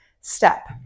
step